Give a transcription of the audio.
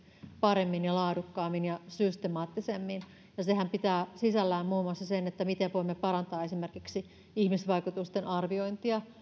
paremmin ja laadukkaammin ja systemaattisemmin ja sehän pitää sisällään muun muassa sen miten voimme parantaa esimerkiksi ihmisvaikutusten arviointia